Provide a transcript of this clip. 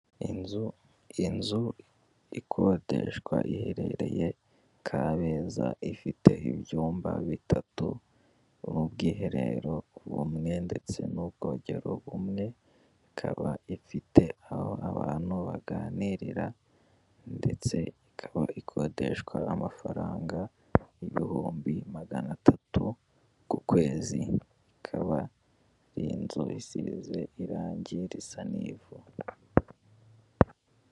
Inzu, inzu ikodeshwa iherereye kabeza ifite ibyumba bitatu n'ubwiherero bumwe ndetse n'ubwogero bumwe ikaba ifite aho abantu baganirira ndetse ikaba ikodeshwa amafaranga ibihumbi magana atatu ku kwezi ikaba iyi nzu isize irangi risa n'ivu.